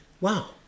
wow